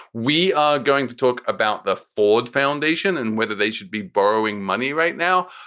we are going to talk about the ford foundation and whether they should be borrowing money right now.